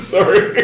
Sorry